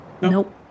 Nope